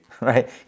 right